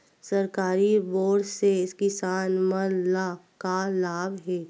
सरकारी बोर से किसान मन ला का लाभ हे?